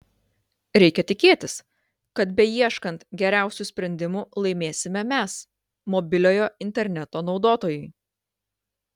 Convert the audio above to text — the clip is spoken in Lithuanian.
reikia tikėtis kad beieškant geriausių sprendimų laimėsime mes mobiliojo interneto naudotojai